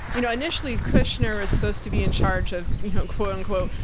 you know initially kushner was supposed to be in charge of quote-unquote,